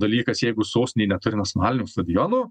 dalykas jeigu sostinė neturi nacionalinio stadiono